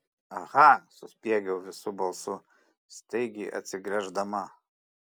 aha suspiegiau visu balsu staigiai atsigręždama